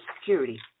Security